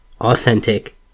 authentic